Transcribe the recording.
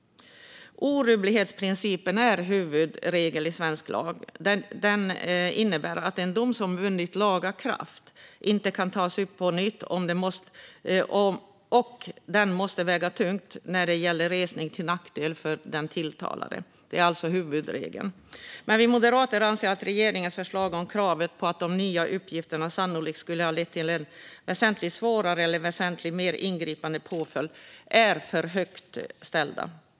Orubblighetsprincipen är huvudregel i svensk lag. Den innebär att en dom som vunnit laga kraft inte kan tas upp på nytt och att den måste väga tungt när det gäller resning till nackdel för den tilltalade. Det är alltså huvudregeln. Men vi moderater anser att regeringens förslag om kravet på att de nya uppgifterna sannolikt skulle ha lett till en väsentligt svårare eller väsentligt mer ingripande påföljd är för högt ställt.